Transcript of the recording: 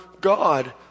God